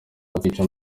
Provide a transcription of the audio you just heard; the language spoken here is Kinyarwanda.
akica